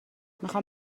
میخوام